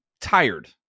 tired